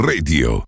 Radio